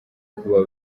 kuba